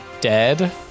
dead